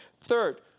third